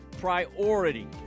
priority